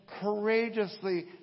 courageously